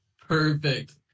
perfect